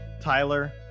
Tyler